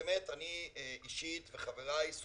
שאני אישית וגם חבריי,